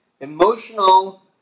emotional